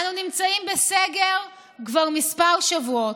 אנו נמצאים בסגר כבר כמה שבועות.